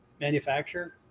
manufacturer